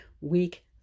week